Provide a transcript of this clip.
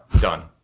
Done